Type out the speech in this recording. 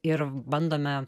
ir bandome